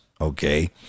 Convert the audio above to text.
okay